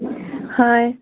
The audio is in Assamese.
হয়